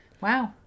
wow